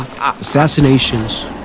assassinations